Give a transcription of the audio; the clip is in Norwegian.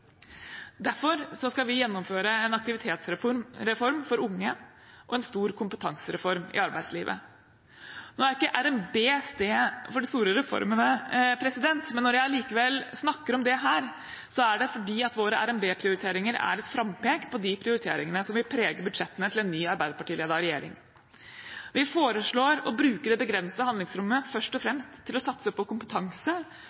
Derfor skal vi gjennomføre en aktivitetsreform for unge og en stor kompetansereform i arbeidslivet. Nå er ikke RNB stedet for de store reformene, men når jeg allikevel snakker om det her, er det fordi våre RNB-prioriteringer er et frampek mot de prioriteringene som vil prege budsjettene til en ny Arbeiderparti-ledet regjering. Vi foreslår å bruke det begrensede handlingsrommet først og